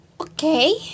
Okay